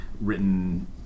written